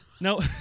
No